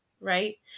right